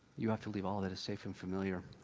you have to leave all that is safe and familiar.